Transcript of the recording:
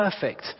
perfect